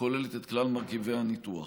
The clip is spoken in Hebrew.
הכוללת את כלל מרכיבי הניתוח.